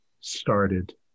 started